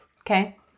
okay